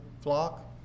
flock